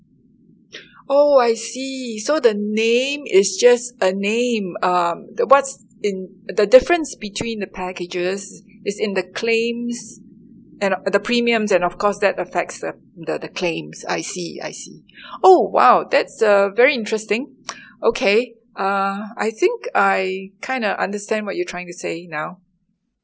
oh I see so the name is just a name um the what's in the difference between the packages is in the claims and the the premiums and of course that affects the the the claims I see I see oh !wow! that's uh very interesting okay uh I think I kind of understand what you trying to say now